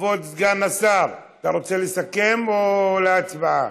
כבוד סגן השר, אתה רוצה לסכם, או להצבעה?